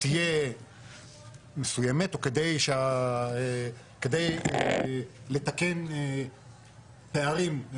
תהיה מסוימת, או כדי לתקן פערים,